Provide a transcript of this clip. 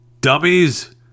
dummies